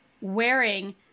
wearing